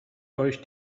euch